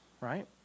right